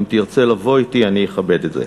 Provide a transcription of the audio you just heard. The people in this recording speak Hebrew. אם תרצה לבוא אתי, אני אכבד את זה.